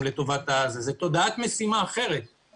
אני רוצה לגעת בכמה דברים שאנחנו כן עושים,